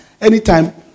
Anytime